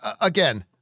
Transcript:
again